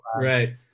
Right